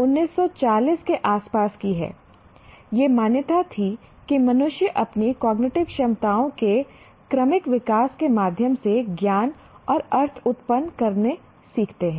1940 के आसपास की है यह मान्यता थी कि मनुष्य अपनी कॉग्निटिव क्षमताओं के क्रमिक विकास के माध्यम से ज्ञान और अर्थ उत्पन्न करके सीखते हैं